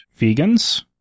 vegans